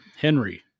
Henry